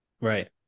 Right